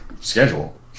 schedule